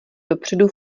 dopředu